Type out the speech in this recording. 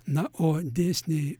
na o dėsniai